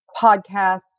podcasts